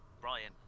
Brian